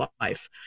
life